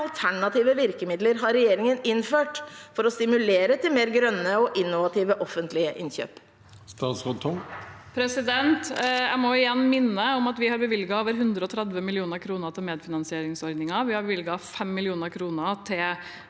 alternative virkemidler har regjeringen innført for å stimulere til mer grønne og innovative offentlige innkjøp? Statsråd Karianne O. Tung Jeg må igjen minne om at vi har bevilget over 130 mill. kr til medfinansieringsordningen. Vi har bevilget 5 mill. kr til